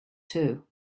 too